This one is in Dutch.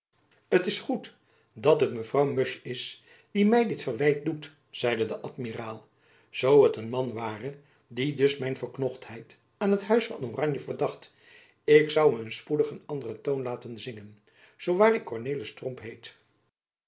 t is goed dat het mevrouw musch is die my dit verwijt doet zeide de amiraal zoo het een man ware die dus mijn verknochtheid aan het huis van oranje verdacht ik zoû hem spoedig een anderen toon laten zingen zoo waar ik kornelis tromp heet